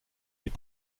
est